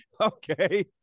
okay